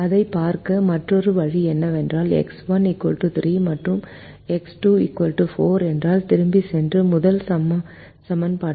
அதைப் பார்க்க மற்றொரு வழி என்னவென்றால் எக்ஸ் 1 3 மற்றும் எக்ஸ் 2 4 என்றால் திரும்பிச் சென்று முதல் சமன்பாட்டில் மாற்றவும்